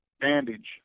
bandage